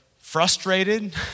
frustrated